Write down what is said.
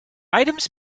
items